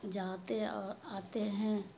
جاتے اور آتے ہیں